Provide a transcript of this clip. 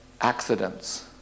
accidents